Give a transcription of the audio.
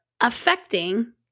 affecting